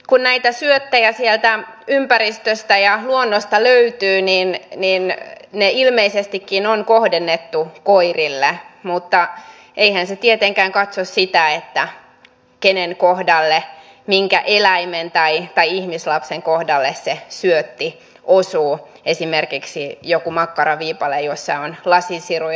kun näitä syöttejä sieltä ympäristöstä ja luonnosta löytyy niin ne ilmeisestikin on kohdennettu koirille mutta eihän se tietenkään katso sitä kenen kohdalle minkä eläimen tai ihmislapsen kohdalle se syötti osuu esimerkiksi joku makkaraviipale jossa on lasinsiruja